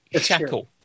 shackle